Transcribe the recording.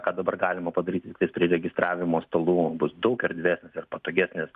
ką dabar galima padaryti tiktais prie registravimo stalų bus daug erdvės ir patogesnės